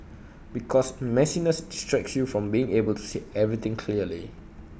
because messiness distracts you from being able to see everything clearly